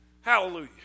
Hallelujah